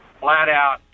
flat-out